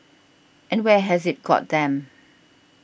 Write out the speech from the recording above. and where has it got them